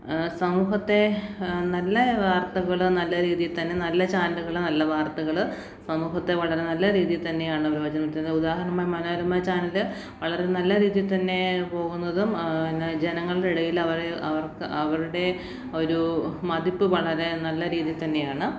സമൂഹത്തെ നല്ല വർത്തകള് നല്ല രീതീ തന്നെ നല്ല ചാനലുകള് നല്ല വാർത്തകള് സമൂഹത്തെ വളരെ നല്ല രീതി തന്നെയാണ് ന്നത് ഉദാഹരണമായി മനോരമ ചാനല് വളരെ നല്ല രീതി തന്നെ പോകുന്നതും പിന്നെ ജനങ്ങളുടെ ഇടയില് അവര് അവർക്ക് അവരുടെ ഒരു മതിപ്പ് വളരാൻ നല്ല രീതി തന്നെയാണ്